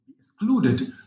excluded